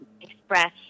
express